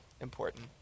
important